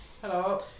Hello